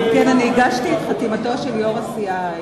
הגשתי את חתימתו של יושב-ראש הסיעה,